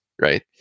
right